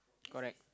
correct